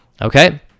okay